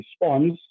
response